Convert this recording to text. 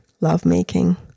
lovemaking